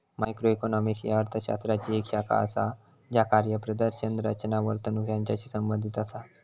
macroeconomics ह्या अर्थ शास्त्राची येक शाखा असा ज्या कार्यप्रदर्शन, रचना, वर्तणूक यांचाशी संबंधित असा